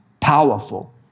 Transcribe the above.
powerful